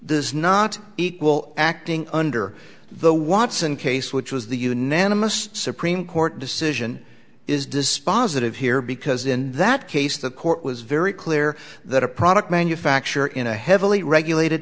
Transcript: does not equal acting under the watson case which was the unanimous supreme court decision is dispositive here because in that case the court was very clear that a product manufacturer in a heavily regulated